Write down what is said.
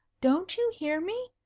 don't you hear me?